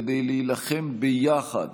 כדי להילחם ביחד